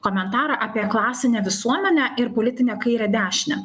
komentarą apie klasinę visuomenę ir politinę kairę dešinę